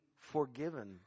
forgiven